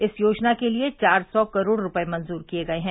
इस योजना के लिए चार सौ करोड़ रूपए मंजूर किए गए हैं